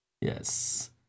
Yes